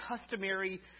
customary